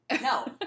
No